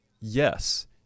Yes